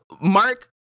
Mark